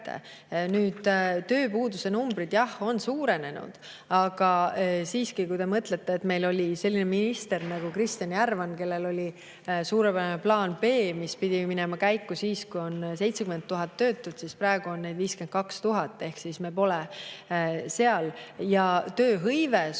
kätte. Tööpuuduse numbrid, jah, on suurenenud. Aga siiski, kui te mõtlete, siis meil oli selline minister nagu Kristjan Järvan, kellel oli suurepärane plaan B, mis pidi minema käiku siis, kui on 70 000 töötut. Praegu on neid 52 000 ehk siis me pole seal. Tööhõive